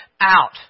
out